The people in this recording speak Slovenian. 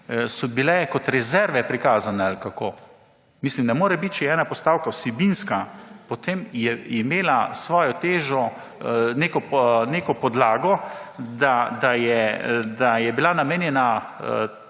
so bile kot rezerve prikazane ali kako? Mislim, ne more biti, če je ena postavka vsebinska, potem je imela svojo težo, neko podlago, da je bila namenjena,